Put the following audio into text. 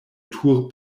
tour